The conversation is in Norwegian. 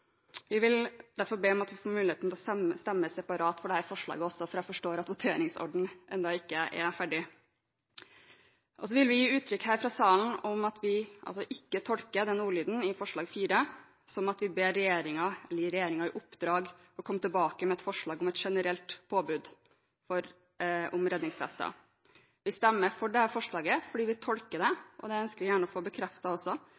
Vi vil derfor be om at vi får mulighet til å stemme separat for dette forslaget, for jeg forstår det slik at voteringsrekkefølgen ennå ikke er ferdig satt opp. Vi vil her i salen gi uttrykk for at vi ikke tolker ordlyden i forslag nr. 4 som at vi ber regjeringen – eller gir regjeringen i oppdrag – å komme tilbake med et forslag om et generelt påbud om redningsvester. Vi stemmer for dette forslaget fordi vi tolker